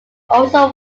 also